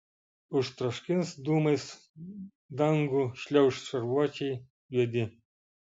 užtroškins dūmais dangų šliauš šarvuočiai juodi